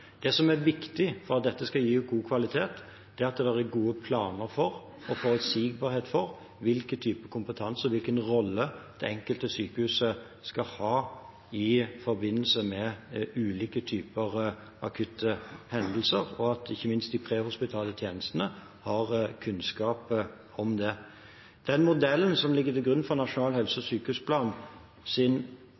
Det som er viktig for at dette skal gi god kvalitet, er at det er gode planer for og forutsigbarhet for hvilke typer kompetanse og hvilken rolle det enkelte sykehuset skal ha i forbindelse med ulike typer akutte hendelser, og ikke minst at de prehospitale tjenestene har kunnskap om det. Den modellen som ligger til grunn for Nasjonal helse- og